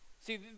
See